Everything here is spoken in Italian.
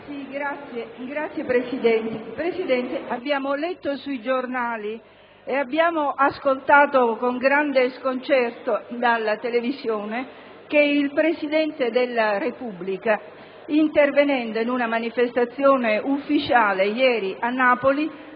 *(PdL)*. Signora Presidente, abbiamo letto sui giornali e abbiamo ascoltato con grande sconcerto dalla televisione che il Presidente della Repubblica, intervenendo in una manifestazione ufficiale ieri a Napoli,